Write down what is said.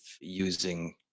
using